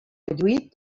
lluït